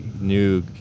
new